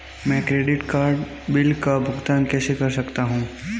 मैं credit card bill का भुगतान कैसे कर सकता हूं?